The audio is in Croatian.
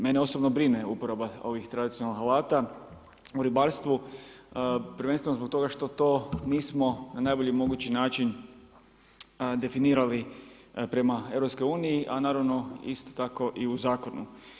Mene osobno uporaba ovih tradicionalnih alata u ribarstvu, prvenstveno zbog toga što to to nismo na najbolji mogući način definirali prema EU, a naravno isto tako i u zakonu.